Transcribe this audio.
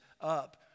up